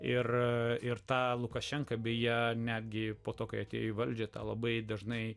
ir ir tą lukašenka beje netgi po to kai atėję į valdžią tą labai dažnai